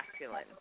masculine